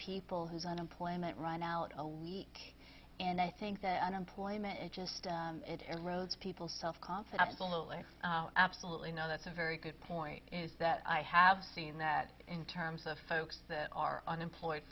people whose unemployment run out a leak and i think that unemployment it just it erodes people self confidence a little i absolutely know that's a very good point is that i have seen that in terms of folks that are unemployed